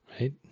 right